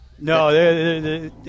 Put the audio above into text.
No